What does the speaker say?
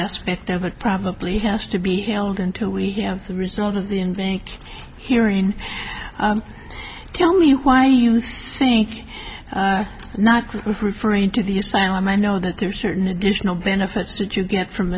aspect of it probably has to be held until we have the result of the in think hearing tell me why you think not referring to the asylum i know that there are certain additional benefits that you get from